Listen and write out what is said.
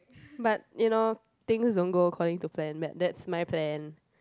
but you know things don't go according to plan that that's my plan